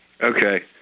Okay